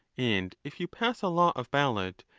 and if you pass a law of ballot,